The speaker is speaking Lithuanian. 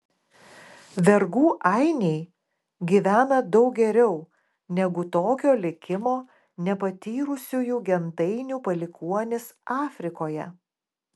vergų ainiai gyvena daug geriau negu tokio likimo nepatyrusiųjų gentainių palikuonys afrikoje